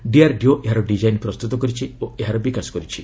DRDO ଏହାର design ପ୍ରସ୍ତୁତ କରିଛି ଓ ବିକାଶ କରିଛି